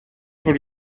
for